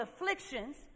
afflictions